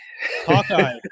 Hawkeye